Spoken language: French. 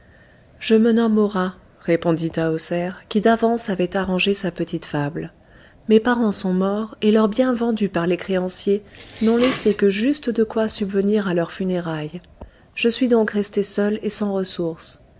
je me nomme hora répondit tahoser qui d'avance avait arrangé sa petite fable mes parents sont morts et leurs biens vendus par les créanciers n'ont laissé que juste de quoi subvenir à leurs funérailles je suis donc restée seule et sans ressource